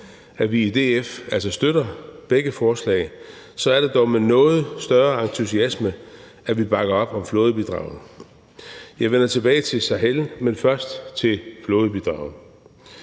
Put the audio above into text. at vi i DF altså støtter begge forslag, så er det dog med noget større entusiasme, at vi bakker op om flådebidraget. Jeg vender tilbage til Sahel, men først flådebidraget: